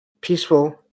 peaceful